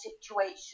situation